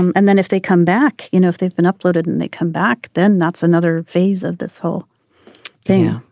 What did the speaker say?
um and then if they come back you know if they've been uploaded and they come back then that's another phase of this whole thing.